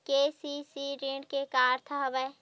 KCC ऋण के का अर्थ हवय?